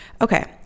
okay